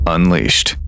Unleashed